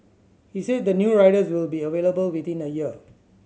he said the new riders will be available within a year